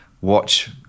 watch